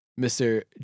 Mr